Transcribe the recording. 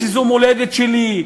שזו המולדת שלי,